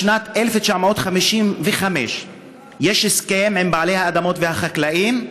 משנת 1955 יש הסכם עם בעלי האדמות והחקלאים,